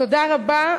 תודה רבה.